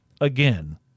Again